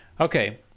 Okay